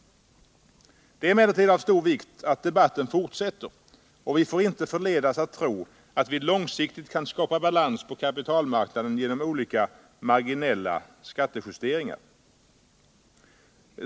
: Det är emellertid av stor vikt att debatten fortsätter. Vi får inte förledas att tro att vi långsiktigt kan skapa balans på kapitalmarknaden genom olika marginella skattepolitiska justeringar.